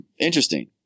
interesting